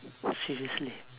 seriously